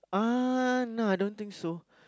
uh no I don't think so